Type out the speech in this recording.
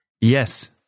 Yes